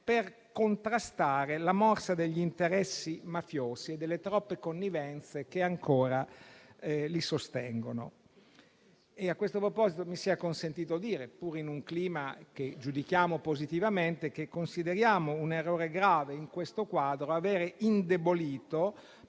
per contrastare la morsa degli interessi mafiosi e delle troppe connivenze che ancora li sostengono. A questo proposito mi sia consentito dire, pur in un clima che giudichiamo positivamente, che consideriamo un errore grave, in questo quadro, avere indebolito